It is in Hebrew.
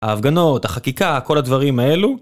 ההפגנות, החקיקה, כל הדברים האלו